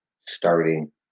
starting